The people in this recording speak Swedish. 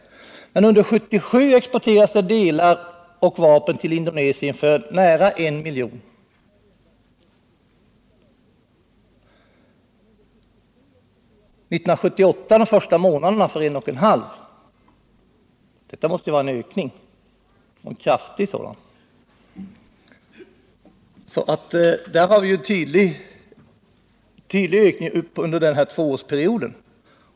Men under 1977 exporterades till Indonesien delar till vapen och hela vapen för nära 1 milj.kr., och i början på 1978 — under de första månaderna bara — för 1,5 milj.kr. Detta måste vara en ökning, och en kraftig sådan. Där har vi alltså en tydlig ökning under den här tvåårsperioden.